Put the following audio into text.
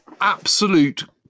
absolute